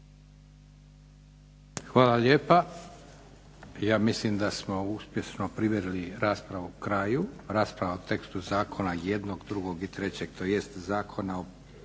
Hvala lijepa. Ja mislim da smo uspješno priveli raspravu kraju, rasprava o tekstu zakona jednog, drugog i trećeg tj. Konačnog